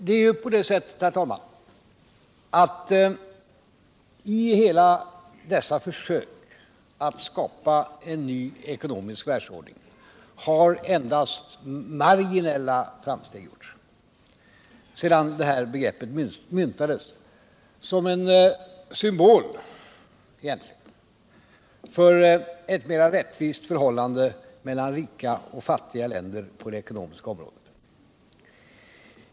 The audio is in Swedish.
Det är ju på det sättet, herr talman, att i försöken att skapa en ny ekonomisk världsordning har endast marginella framsteg gjorts, sedan detta begrepp myntades som en symbol för ett mera rättvist förhållande mellan rika och fattiga länder på det ekonomiska området.